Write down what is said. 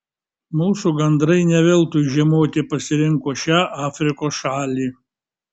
mūsų gandrai ne veltui žiemoti pasirinko šią afrikos šalį